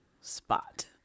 spot